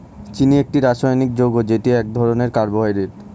চিনি একটি রাসায়নিক যৌগ যেটি এক ধরনের কার্বোহাইড্রেট